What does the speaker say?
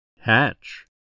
Hatch